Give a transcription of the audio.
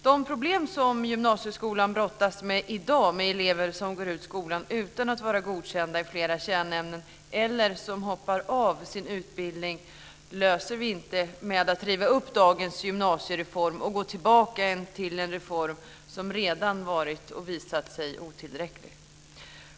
De problem som gymnasieskolan brottas med i dag, med elever som går ut skolan utan att vara godkända i flera kärnämnen eller som hoppar av sin utbildning, löser vi inte med att riva upp dagens gymnasiereform och gå tillbaka till en reform som redan visat sig otillräcklig.